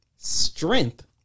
strength